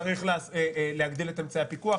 צריך להגדיל את אמצעי הפיקוח,